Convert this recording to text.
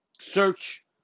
search